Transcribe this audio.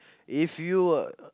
if you were